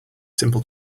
simple